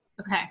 okay